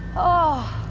oh.